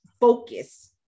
focus